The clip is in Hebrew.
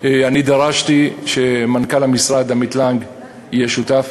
אני דרשתי שמנכ"ל המשרד עמית לנג יהיה שותף,